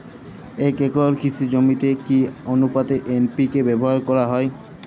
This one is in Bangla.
এক একর কৃষি জমিতে কি আনুপাতে এন.পি.কে ব্যবহার করা হয়?